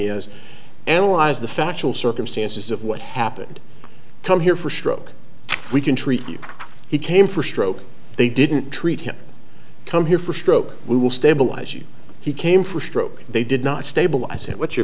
is analyze the factual circumstances of what happened come here for stroke we can treat you he came for stroke they didn't treat him come here for stroke we will stabilize you he came for stroke they did not stabilize what's your